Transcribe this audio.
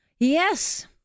Yes